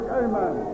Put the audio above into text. amen